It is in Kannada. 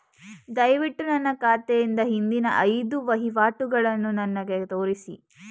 ದಯವಿಟ್ಟು ನನ್ನ ಖಾತೆಯಿಂದ ಹಿಂದಿನ ಐದು ವಹಿವಾಟುಗಳನ್ನು ನನಗೆ ತೋರಿಸಿ